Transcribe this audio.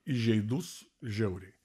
įžeidus žiauriai